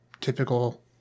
typical